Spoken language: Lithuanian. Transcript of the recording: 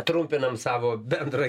trumpinam savo bendrą